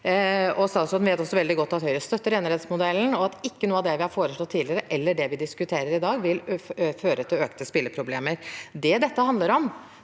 Statsråden vet også veldig godt at Høyre støtter enerettsmodellen og at ikke noe av det vi har foreslått tidligere, eller det vi diskuterer i dag, vil føre til økte spilleproblemer. Det dette handler om,